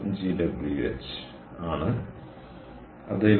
5 GWH ആണ് അത് 11